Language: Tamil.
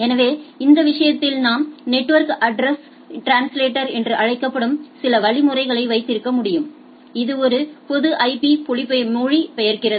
எனவே இந்த விஷயத்தில் நாம் நெட்வொர்க் அட்ரஸ் ட்ரான்ஸ்லேட்டர் என்று அழைக்கப்படும் சில வழிமுறைகளை வைத்திருக்க முடியும் இது ஒரு பொது ஐபிக்கு மொழிபெயர்க்கிறது